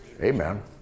Amen